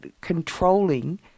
controlling